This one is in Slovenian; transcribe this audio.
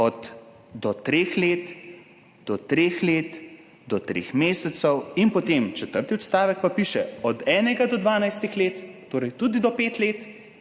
do treh let, do treh let, do treh mesecev, in potem četrti odstavek, kjer pa piše od enega do 12 let, torej tudi do pet let,